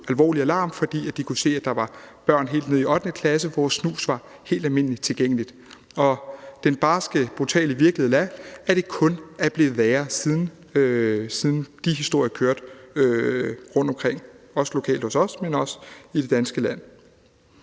alvorlig alarm, fordi de kunne se, at der var børn helt ned i 8. klasse, som snus var helt almindeligt tilgængeligt for. Og den barske, brutale virkelighed er, at det kun er blevet værre, siden de historier kørte rundtomkring, både lokalt hos os og i det ganske land.